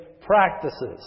practices